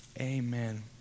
Amen